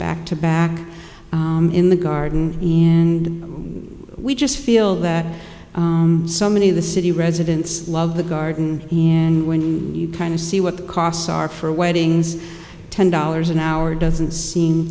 back to back in the garden and we just feel that so many of the city residents love the garden and when you kind of see what the costs are for weddings ten dollars an hour doesn't seem